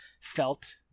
felt